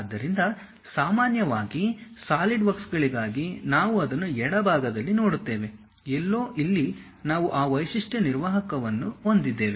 ಆದ್ದರಿಂದ ಸಾಮಾನ್ಯವಾಗಿ ಸಾಲಿಡ್ವರ್ಕ್ಗಳಿಗಾಗಿ ನಾವು ಅದನ್ನು ಎಡಭಾಗದಲ್ಲಿ ನೋಡುತ್ತೇವೆ ಎಲ್ಲೋ ಇಲ್ಲಿ ನಾವು ಆ ವೈಶಿಷ್ಟ್ಯ ನಿರ್ವಾಹಕರನ್ನು ಹೊಂದಿದ್ದೇವೆ